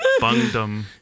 Bungdom